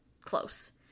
close